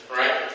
right